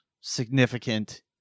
significant